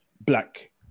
black